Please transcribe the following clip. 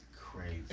crazy